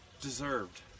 deserved